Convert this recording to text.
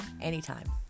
anytime